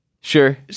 sure